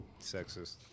Sexist